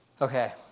Okay